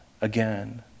again